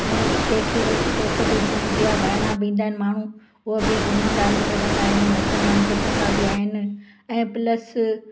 ऐं कंहिं खे रोक टोक बि न हूंदी आहे ॿाहिरां बि ईंदा आहिनि माण्हू उहे बि घुमंदा आहिनि फिरंदा आहिनि नचंदा आहिनि टपंदा बि आहिनि ऐं प्लस